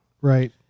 right